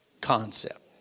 concept